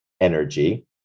energy